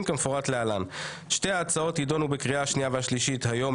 כמפורט להלן: שתי ההצעות יידונו בקריאה השנייה והשלישית היום,